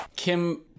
Kim